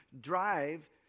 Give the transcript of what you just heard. drive